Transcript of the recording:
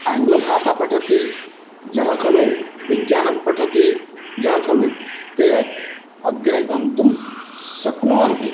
आङ्ग्लभाषां पठति यः खलु विज्ञानं पठति यः खलु ते अग्रे गन्तुं शक्नुवन्ति